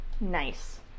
nice